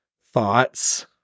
thoughts